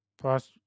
plus